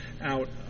out